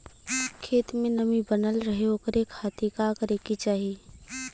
खेत में नमी बनल रहे ओकरे खाती का करे के चाही?